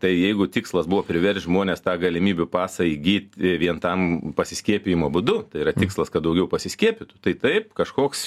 tai jeigu tikslas buvo priverst žmones tą galimybių pasą įgyt vien tam pasiskiepijimo būdu yra tikslas kad daugiau pasiskiepytų tai taip kažkoks